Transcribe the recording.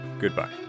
goodbye